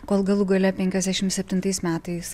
kol galų gale penkiasdešim septintais metais